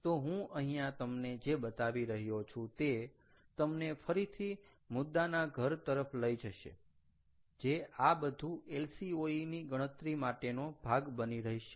તો હું અહીંયા તમને જે બતાવી રહ્યો છું તે તમને ફરીથી મુદ્દાના ઘર તરફ લઈ જશે જે આ બધુ LCOE ની ગણતરી માટેનો ભાગ બની રહેશે